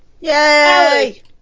Yay